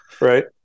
Right